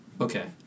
Okay